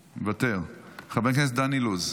מוותר, חבר הכנסת דן אילוז,